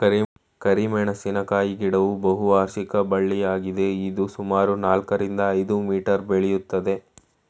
ಕರಿಮೆಣಸಿನ ಗಿಡವು ಬಹುವಾರ್ಷಿಕ ಬಳ್ಳಿಯಾಗಯ್ತೆ ಇದು ಸುಮಾರು ನಾಲ್ಕರಿಂದ ಐದು ಮೀಟರ್ ಬೆಳಿತದೆ